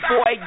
Boy